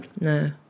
No